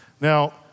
Now